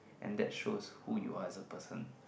and that shows who you are as a person